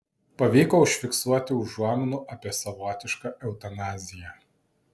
pavyko užfiksuoti užuominų apie savotišką eutanaziją